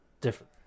Different